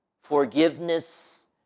forgiveness